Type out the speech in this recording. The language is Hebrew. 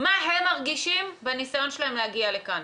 מה הם מרגישים בניסיון שלהם להגיע לכאן.